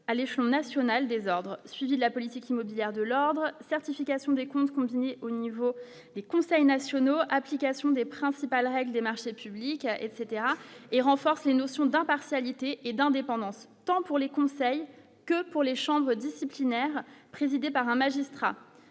à l'échelon national désordres suivi la politique immobilière de l'ordre certification des comptes combinés au niveau des conseils nationaux, application des principales règles des marchés publics à etc et renforce les notions d'impartialité et d'indépendance, tant pour les conseils que pour les chambres disciplinaires, présidée par un magistrat